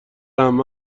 عمه